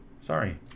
sorry